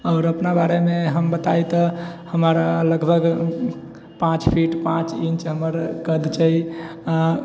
आओर अपना बारेमे हम बताइ तऽ हमरा लगभग पाँच फीट पाँच इन्च हमर कद छै